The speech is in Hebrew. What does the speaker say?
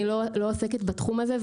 אני לא עוסקת בתחום הזה,